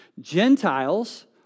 Gentiles